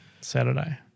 Saturday